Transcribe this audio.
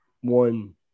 one